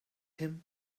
him